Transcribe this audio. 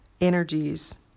energies